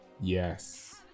Yes